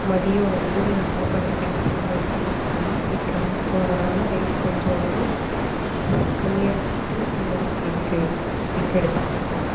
மதியம் வந்து சாப்பாடு ரைஸ்ஸும் எடுத்துக்கிறத்துக்கு வந்து பிடிக்காது ஸோ அதனால் ரைஸ் கொஞ்சம் வந்து கம்மியாக எடுத்துக்கிட்டு இதுமாதிரி எக்கு எக்கு எடுத்துக்கிறது